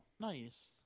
Nice